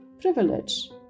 privilege